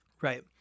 Right